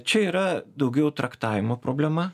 čia yra daugiau traktavimo problema